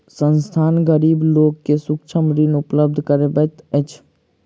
संस्थान, गरीब लोक के सूक्ष्म ऋण उपलब्ध करबैत अछि